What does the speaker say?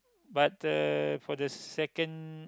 but uh for the second